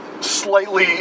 slightly